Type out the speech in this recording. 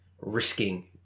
risking